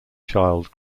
child